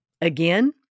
again